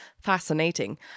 fascinating